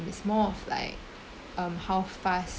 it's more of like um how fast